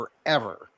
forever